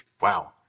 wow